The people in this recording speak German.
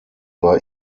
bei